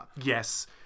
yes